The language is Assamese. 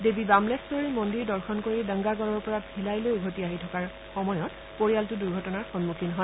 দেৱী বাম্নেখৰীৰ মন্দিৰ দৰ্শন কৰি দংগাগড়ৰ পৰা ভিলাইলৈ উভতি আহি থকাৰ সময়ত পৰিয়ালটো দূৰ্ঘটনাৰ সন্মুখীন হয়